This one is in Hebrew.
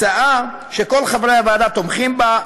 הצעה שכל חברי הוועדה תומכים בה,